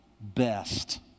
best